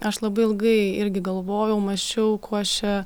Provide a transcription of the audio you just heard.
aš labai ilgai irgi galvojau mąsčiau kuo aš čia